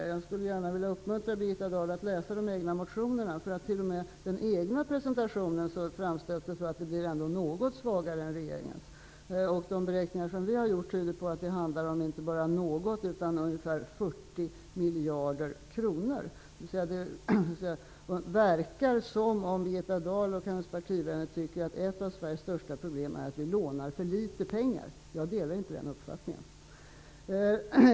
Jag skulle gärna vilja uppmuntra Birgitta Dahl att läsa de egna motionerna. T.o.m. i den egna presentationen framställs det som att förslagen är något svagare än regeringens. De beräkningar vi har gjort tyder på att de inte bara är något svagare, utan det handlar om ungefär 40 miljarder kronor. Det verkar som om Birgitta Dahl och hennes partivänner tycker att ett av Sveriges största problem är att vi lånar för litet pengar. Jag delar inte den uppfattningen.